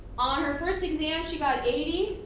on her first exam. she got eighty.